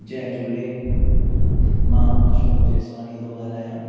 जय झूले मां अशोक जेसवाणी थो ॻाल्हायां